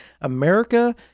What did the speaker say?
America